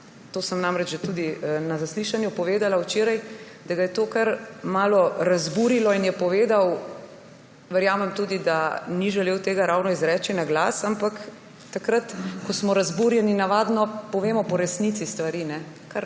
to sem že tudi na zaslišanju povedala včeraj, da ga je to kar malo razburilo in je povedal – verjamem, da ni želel tega ravno izreči na glas, ampak ko smo razburjeni, navadno povemo po resnici stvari,